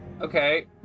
Okay